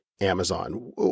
Amazon